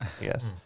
yes